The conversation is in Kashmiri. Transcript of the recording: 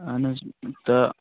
اہن حظ تہٕ